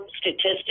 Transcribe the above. statistics